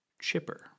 chipper